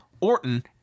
Orton